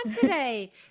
today